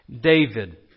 David